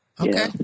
Okay